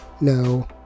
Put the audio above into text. no